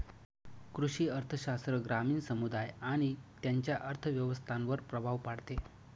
कृषी अर्थशास्त्र ग्रामीण समुदाय आणि त्यांच्या अर्थव्यवस्थांवर प्रभाव पाडते